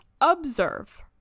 Observe